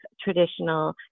traditional